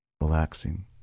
relaxing